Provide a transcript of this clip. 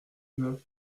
neuf